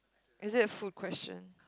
is that a food question